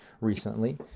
recently